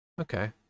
okay